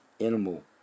animal